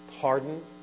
pardon